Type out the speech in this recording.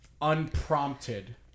unprompted